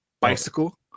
bicycle